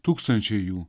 tūkstančiai jų